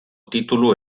titulu